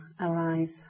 arise